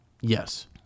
yes